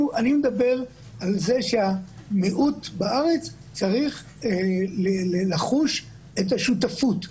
אני מדבר על זה שהמיעוט בארץ צריך לחוש את השותפות,